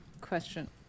question